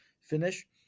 finish